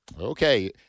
Okay